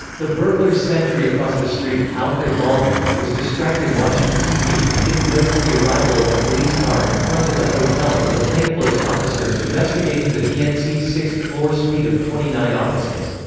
the burglars' sentry across the street, alfred baldwin, was distracted watching tv and didn't notice the arrival of the police car in front of the hotel or the plainclothes officers investigating the dnc's sixth floor suite of twenty nine offices.